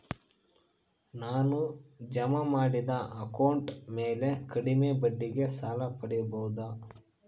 ನಾನು ಜಮಾ ಮಾಡಿದ ಅಕೌಂಟ್ ಮ್ಯಾಲೆ ಕಡಿಮೆ ಬಡ್ಡಿಗೆ ಸಾಲ ಪಡೇಬೋದಾ?